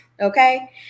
Okay